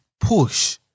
push